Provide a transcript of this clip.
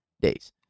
days